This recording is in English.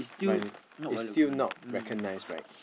it's still not recognised right